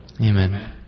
Amen